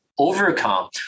Overcome